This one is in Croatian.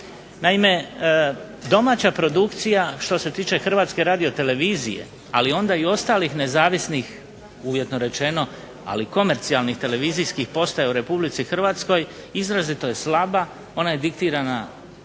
Naime, domaća produkcija što se tiče Hrvatske radiotelevizije ali onda i ostalih nezavisnih uvjetno rečeno, ali komercijalnih televizijskih postaja u Republici Hrvatskoj, izrazito je slaba ona je diktirana